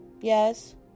Yes